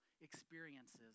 experiences